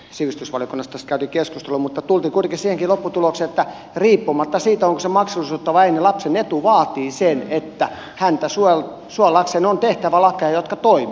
sivistysvaliokunnassa tästä käytiin keskustelua mutta tulimme kuitenkin siihen lopputulokseen että riippumatta siitä onko se maksullista vai ei lapsen etu vaatii sen että häntä suojellakseen on tehtävä lakeja jotka toimivat